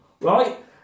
right